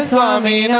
Swami